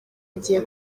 agiye